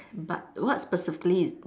but what specifically is